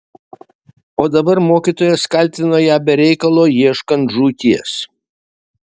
o dabar mokytojas kaltino ją be reikalo ieškant žūties